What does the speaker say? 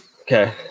Okay